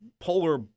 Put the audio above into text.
polar